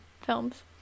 films